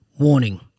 Warning